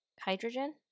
hydrogen